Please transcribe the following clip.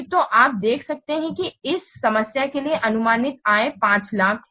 तो आप देख सकते हैं कि इस समस्या के लिए अनुमानित आय 500000 है